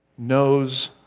Knows